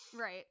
right